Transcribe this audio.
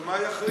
למה היא אחראית?